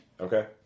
Okay